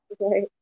Right